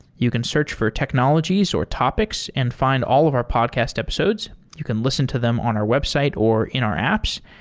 you can search for technologies or topics and find all of our podcast episodes. you can listen to them on our website or in our apps.